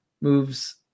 moves